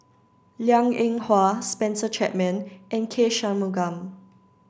Liang Eng Hwa Spencer Chapman and K Shanmugam